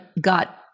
got